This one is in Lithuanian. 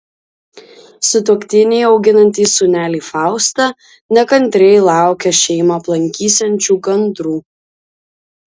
sutuoktiniai auginantys sūnelį faustą nekantriai laukia šeimą aplankysiančių gandrų